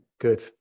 good